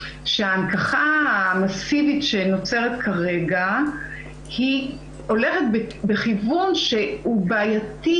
שההנכחה המאסיבית שנוצרת כרגע הולכת בכיוון שהוא בעייתי,